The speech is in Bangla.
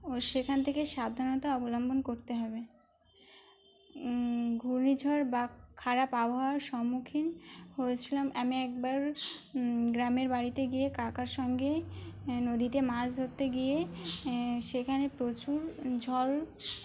ও সেখান থেকে সাবধানতা অবলম্বন করতে হবে ঘূর্ণিঝড় বা খারাপ আবহাওয়ার সম্মুখীন হয়েছিলাম আমি একবার গ্রামের বাড়িতে গিয়ে কাকার সঙ্গে নদীতে মাছ ধরতে গিয়ে সেখানে প্রচুর ঝড়